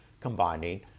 combining